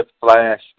Flash